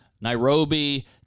Nairobi